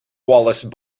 wallace